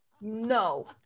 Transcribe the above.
No